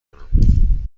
کنم